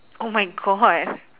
oh my god